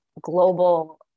global